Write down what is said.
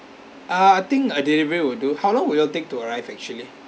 ah I think a delivery will do how long will y'all take to arrive actually